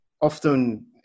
often